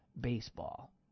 baseball